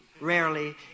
rarely